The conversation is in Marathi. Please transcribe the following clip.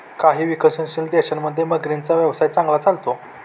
काही विकसनशील देशांमध्ये मगरींचा व्यवसाय चांगला चालतो